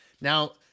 Now